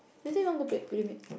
you didn't even go back playmate